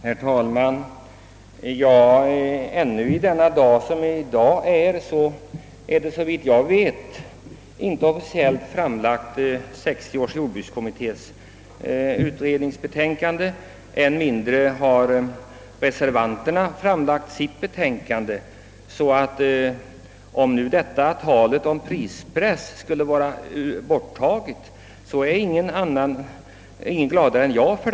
Herr talman! Ännu i dag har såvitt jag vet 1960 års jordbruksutredning inte officiellt framlagt sitt betänkande, och än mindre har reservanterna framlagt sin reservation. Om nu detta tal om prispress skulle ha upphört, så är ingen gladare än jag.